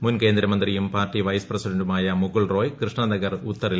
മുൻ കേന്ദ്രമന്ത്രിയും party vice പ്രസിഡന്റുമായ മുകുൾ റോയ് കൃഷ്ണ നഗർ ഉത്തറിൽ മത്സരിക്കും